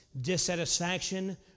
dissatisfaction